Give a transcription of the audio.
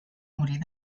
morir